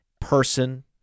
person